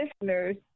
listeners